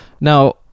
Now